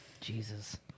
Jesus